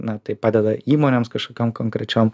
na tai padeda įmonėms kažkokiom konkrečiom